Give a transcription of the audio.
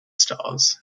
stars